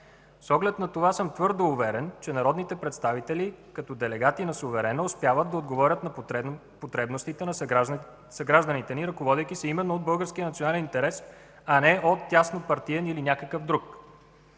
С оглед на това съм твърдо уверен, че народните представители, като делегати на суверена, успяват да отговарят на потребностите на съгражданите ни, ръководейки се именно от българския национален интерес, а не от теснопартиен или някакъв друг.